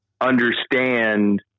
understand